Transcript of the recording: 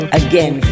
again